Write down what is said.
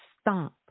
stop